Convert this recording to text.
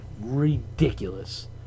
ridiculous